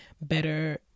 better